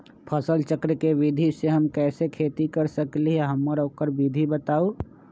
फसल चक्र के विधि से हम कैसे खेती कर सकलि ह हमरा ओकर विधि बताउ?